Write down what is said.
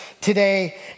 today